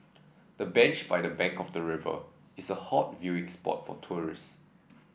the bench by the bank of the river is a hot viewing spot for tourists